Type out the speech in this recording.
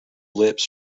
lips